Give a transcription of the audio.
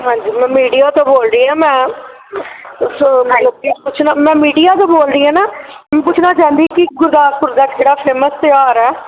ਹਾਂਜੀ ਮੈਂ ਮੀਡੀਆ ਤੋਂ ਬੋਲ ਰਹੀ ਹਾਂ ਮੈਂ ਮੈਂ ਮੀਡੀਆ ਤੋਂ ਬੋਲਦੀ ਹਾਂ ਨਾ ਮੈਂ ਪੁੱਛਣਾ ਚਾਹੁੰਦੀ ਕਿ ਗੁਰਦਾਸਪੁਰ ਦਾ ਕਿਹੜਾ ਫੇਮਸ ਤਿਉਹਾਰ ਹੈ